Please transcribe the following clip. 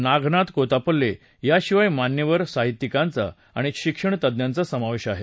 नागनाथ कोत्तापल्ले याशिवाय मान्यवर साहित्यिकांचा आणि शिक्षण तज्ज्ञांचा समावेश आहे